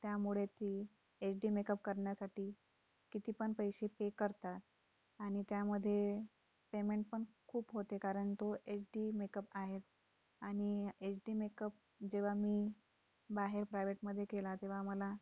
त्यामुळे ती H D makeup करन्यासाठी कितीपण पैसे पे करता आणि त्यामध्ये पेमेंटपण खूप होते कारण तो एच डी मेकअप आहे आणि एच डी मेकअप जेव्हा मी बाहेर प्रायव्हेटमध्ये केला तेव्हा मला